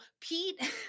Pete